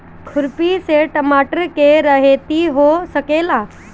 खुरपी से टमाटर के रहेती हो सकेला?